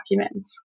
documents